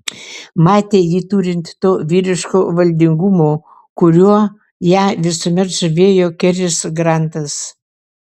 matė jį turint to vyriško valdingumo kuriuo ją visuomet žavėjo keris grantas